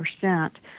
percent